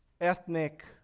ethnic